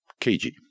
kg